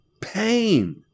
pain